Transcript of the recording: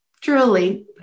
Truly